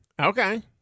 Okay